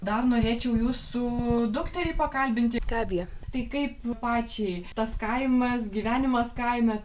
dar norėčiau jūsų dukterį pakalbinti gabija tai kaip pačiai tas kaimas gyvenimas kaime